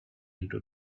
into